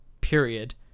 period